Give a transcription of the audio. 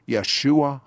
Yeshua